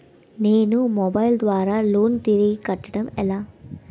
నేను మొబైల్ ద్వారా లోన్ తిరిగి కట్టడం ఎలా?